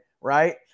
right